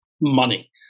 money